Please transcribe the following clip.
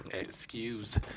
Excuse